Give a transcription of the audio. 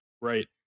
right